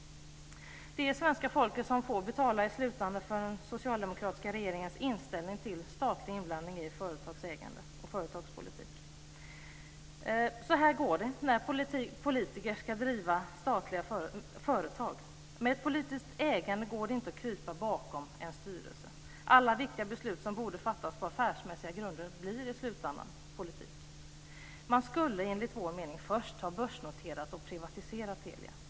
Det är svenska folket som i slutänden får betala för den socialdemokratiska regeringens inställning till statlig inblandning i ett företags ägande och företags politik. Så här går det när politiker ska driva företag. Med ett politiskt ägande går det inte att krypa bakom en styrelse. Alla viktiga beslut som borde fattas på affärsmässiga grunder blir i slutändan politik. Man skulle, enligt vår mening, först ha börsnoterat och privatiserat Telia.